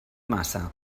massa